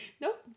Nope